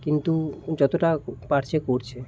কিন্তু যতটা পারছে করছে